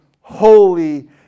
holy